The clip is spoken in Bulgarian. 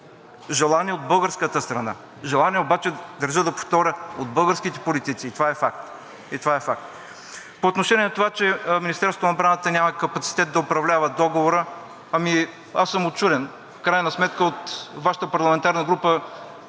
желание от българската страна, желание обаче, държа да повторя, от българските политици, и това е факт. По отношение на това, че Министерството на отбраната няма капацитет да управлява договора, аз съм учуден. В крайна сметка от Вашата парламентарна група